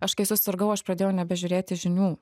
aš kai susirgau aš pradėjau nebežiūrėti žinių